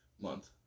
month